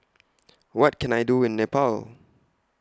What Can I Do in Nepal